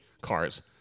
cars